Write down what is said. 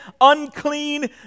unclean